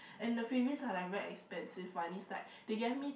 and the freebies are like very expensive one is like they gave me